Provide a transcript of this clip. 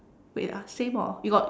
wait ah same hor you got